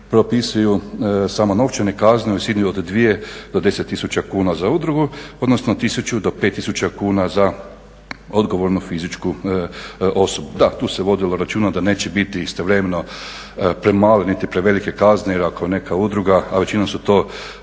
propisuju samo novčane kazne u visini od 2 do 10 tisuća kuna za udrugu, odnosno 1 do 5 tisuća kuna za odgovornu fizičku osobu. Da, tu se vodilo računa da neće biti istovremeno premale niti prevelike kazne jer ako neka udruga, a većinom su to